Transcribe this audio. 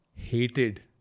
Hated